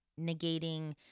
negating